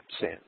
sin